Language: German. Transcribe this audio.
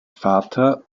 vater